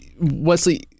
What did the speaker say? Wesley